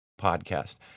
podcast